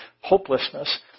hopelessness